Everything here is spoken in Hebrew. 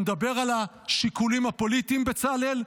שנדבר על השיקולים הפוליטיים, בצלאל?